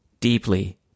deeply